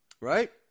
right